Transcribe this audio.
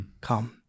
come